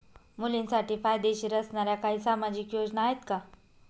मुलींसाठी फायदेशीर असणाऱ्या काही सामाजिक योजना आहेत का?